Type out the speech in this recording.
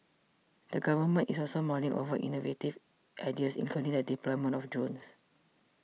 the Government is also mulling other innovative ideas including the deployment of drones